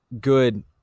good